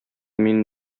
мине